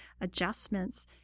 adjustments